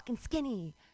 skinny